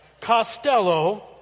Costello